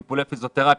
טיפולי פיזיותרפיה,